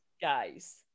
Guys